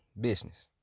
business